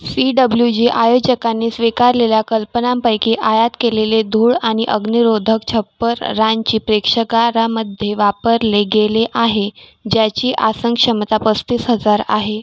C W G आयोजकांनी स्वीकारलेल्या कल्पनांपैकी आयात केलेले धूळ आणि अग्निरोधक छप्परांची प्रेक्षागारामध्ये वापरले गेले आहे ज्याची आसनक्षमता पस्तीस हजार आहे